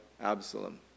Absalom